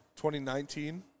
2019